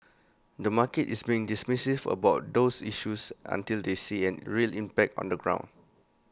the market is being dismissive about those issues until they see any real impact on the ground